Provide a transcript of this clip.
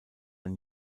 ein